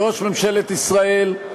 ראש ממשלת ישראל,